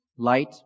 Light